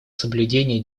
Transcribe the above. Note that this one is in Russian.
соблюдения